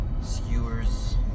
skewers